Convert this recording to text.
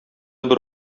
бер